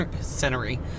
scenery